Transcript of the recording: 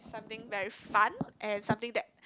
something very fun and something that